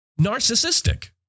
narcissistic